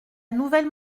nouvelle